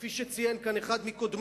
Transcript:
כפי שציין כאן אחד מקודמי,